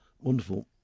wonderful